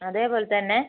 അതേപോലെത്തന്നെ